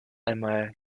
einmal